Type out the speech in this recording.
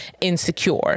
insecure